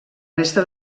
resta